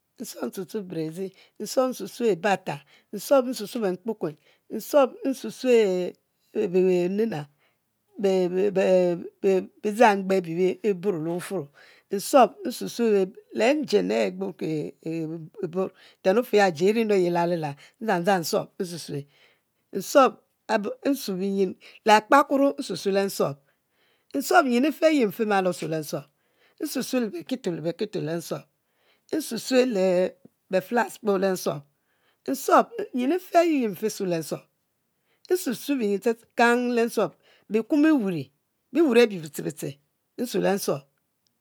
Nsuom nsusue brezi nsuom nsusue e'batan, nsuom nsusue benkpu kpuen, nsuom nsuesue e e e nana bizangbe eburo le wufuoro nsuom le e e engine e'e gburki e'bon ntwn ofe ya e'ji e'rinu ayi e'lali la odzang dzang nsuom nsusue nsuom nsue binyin le akpakuro nsusue le nsuom, nsuom yin e'fe ayi mfimalo osuo le nsuom nsusue le bekito le bekito nsusue, nsusue be blouse kpoo le nsuom, nsuom nyin e'fe ayi mfi sue le nsuom nsusue binyin kan le nsuom bikuom e'wan, biwuri abi biste biste nsue le nsuom